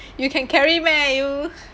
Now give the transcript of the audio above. you can carry meh you